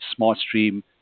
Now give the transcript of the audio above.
SmartStream